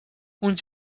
uns